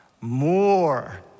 More